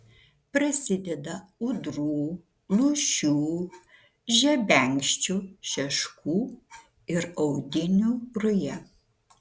prasideda ūdrų lūšių žebenkščių šeškų ir audinių ruja